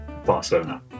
Barcelona